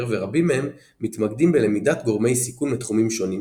ורבים מהם מתמקדים בלמידת גורמי סיכון מתחומים שונים,